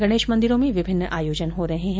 गणेश मंदिरों में विभिन्न आयोजन हो रहे है